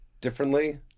differently